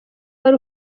wari